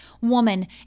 woman